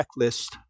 checklist